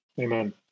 Amen